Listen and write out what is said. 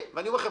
אני אומר לכם,